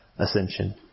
ascension